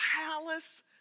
palace